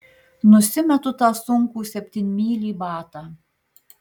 nusimetu tą sunkų septynmylį batą